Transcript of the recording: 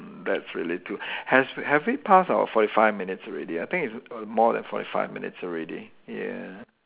that's really too has have we passed our forty five minutes already I think it's more than forty five minutes already ya